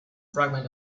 fragment